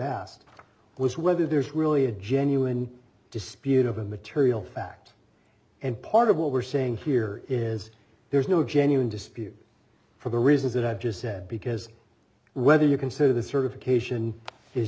asked was whether there's really a genuine dispute of a material fact and part of what we're saying here is there's no genuine dispute for the reasons that i've just said because whether you consider the certification is